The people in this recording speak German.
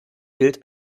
gilt